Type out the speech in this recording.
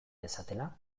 dezatela